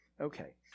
Okay